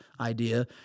idea